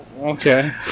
okay